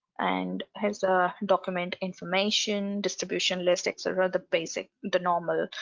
and has a document information, distribution list etc. the basic the normal